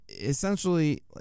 Essentially